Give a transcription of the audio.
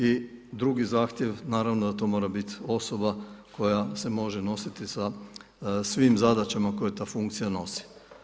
I drugi zahtjev, naravno da to mora bit osoba koja se može nositi sa svim zadaćama koje ta funkcija nosi.